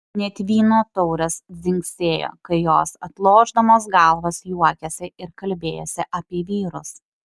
net vyno taurės dzingsėjo kai jos atlošdamos galvas juokėsi ir kalbėjosi apie vyrus